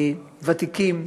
ותיקים.